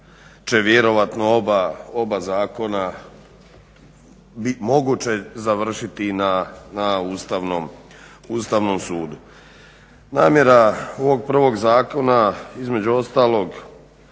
će vjerojatno oba zakona bit moguće završiti na Ustavnom sudu. Namjera ovog prvog zakona između ostalog